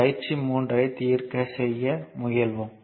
பயிற்சி 3 ஐ தீர்க்க செய்ய முயல்வோம்